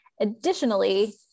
Additionally